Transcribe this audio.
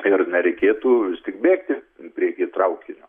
ir nereikėtų tik bėgti prieky traukinio